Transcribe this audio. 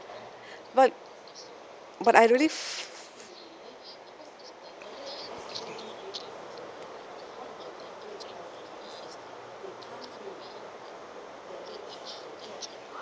but but I really